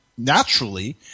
naturally